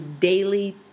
daily